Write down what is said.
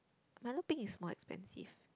milo peng is more expensive